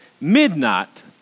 midnight